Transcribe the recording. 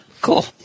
Cool